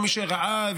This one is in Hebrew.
מי שראה,